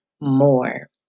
more